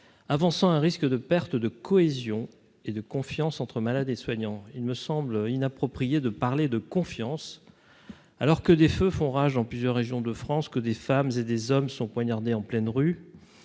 avançant un risque de perte de cohésion et de confiance entre malades et soignants, il me semble inapproprié de parler de confiance alors que des feux font rage dans plusieurs régions de France, que des femmes et des hommes sont poignardé en pleine rue,